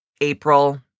April